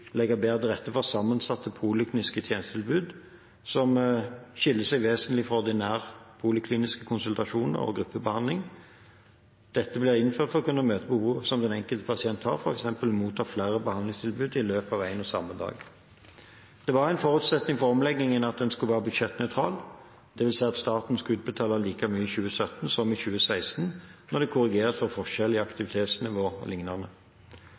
legge bedre til rette for sammensatte polikliniske tjenestetilbud som skiller seg vesentlig fra ordinære polikliniske konsultasjoner og gruppebehandlinger. Dette ble innført for å kunne møte behovet den enkelte pasient har f.eks. for å motta flere behandlingstilbud i løpet av én og samme dag. Det var en forutsetning for omleggingen at en skulle være budsjettnøytral, dvs. at staten skulle utbetale like mye i 2017 som i 2016 når det korrigeres for forskjeller i